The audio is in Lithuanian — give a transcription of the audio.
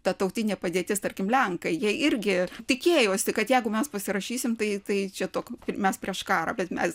ta tautinė padėtis tarkim lenkai jie irgi tikėjosi kad jeigu mes pasirašysim tai tai čia tok mes prieš karą bet mes